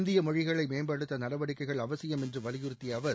இந்திய மொழிகளை மேம்படுத்த நடவடிக்கைகள் அவசியம் என்று வலியுறுத்தி அவர்